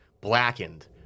blackened